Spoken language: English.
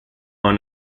are